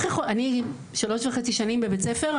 אני שלוש וחצי שנים בבית הספר,